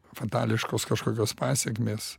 fatališkos kažkokios pasekmės